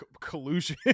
collusion